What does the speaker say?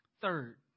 Third